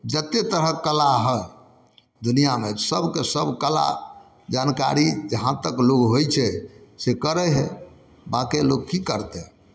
जतेक तरहके कला हइ दुनिआमे सबके सब कला जानकारी जहाँ तक लोक होइ छै से करै हइ बाँकि लोक कि करतै